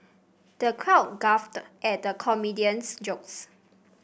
the crowd guffawed at comedian's jokes